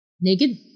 Naked